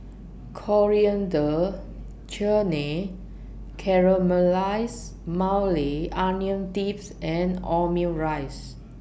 Coriander Chutney Caramelized Maui Onion Dips and Omurice